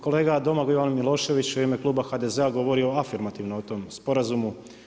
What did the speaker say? Kolega Domagoj Ivan Milošević je u ime kluba HDZ-a govorio afirmativno o tom sporazumu.